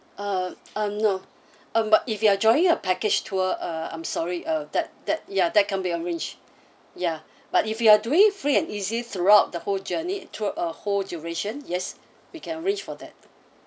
um um no um but if you're joining a package tour uh I'm sorry uh that that ya that can be arranged ya but if you're doing free and easy throughout the whole journey through a whole duration yes we can arrange for that